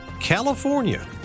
California